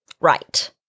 Right